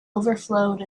overflowed